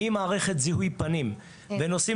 אם זה בעזרת מערכת של זיהוי פנים או נושאים